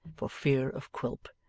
for fear of quilp,